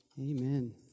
Amen